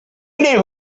knew